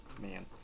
Man